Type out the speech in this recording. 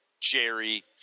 Jerry